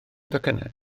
docynnau